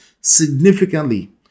significantly